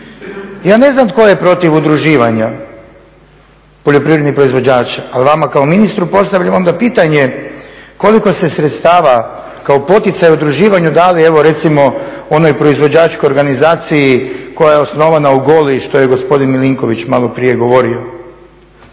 Ja ne znam tko je protiv udruživanja poljoprivrednih proizvođača ali vama kao ministru postavljam onda pitanje koliko ste sredstava kao poticaj udruživanju dali evo recimo onoj proizvođačkoj organizaciji koja je osnovana u goli, što je i gospodin Milinković maloprije govorio.